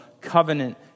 covenant